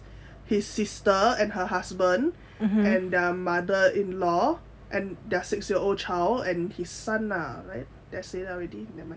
his sister and her husband and their mother-in-law and their six year old child and his son lah right that's it already nevermind